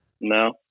No